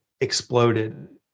exploded